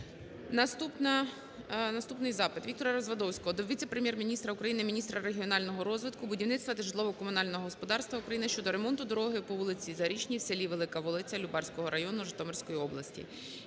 Наступний запит. Віктора Развадовського до віце-прем'єр-міністра України – міністра регіонального розвитку, будівництва та житлово-комунального господарства України щодо ремонту дороги по вулиці Зарічній в селі Велика Волиця Любарського району Житомирської області.